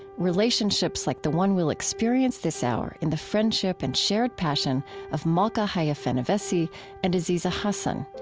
relationships like the one we'll experience this hour in the friendship and shared passion of malka haya fenyvesi and aziza hasan.